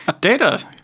Data